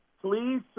Please